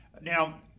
Now